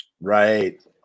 Right